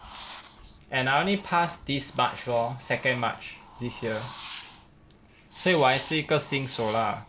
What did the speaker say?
and I only pass this march lor second march this year so 我还是一个新手 lah